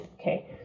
okay